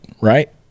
right